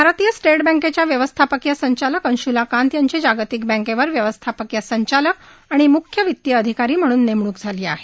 भारतीय स्टेट बँकेच्या व्यवस्थापकीय संचालक अंशुला कांत यांची जागतिक बँकेवर व्यवस्थापकीय संचालक आणि मूख्य वितीय अधिकारी म्हणून नेमणूक झाली आहे